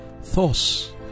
Thus